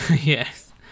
Yes